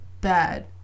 bad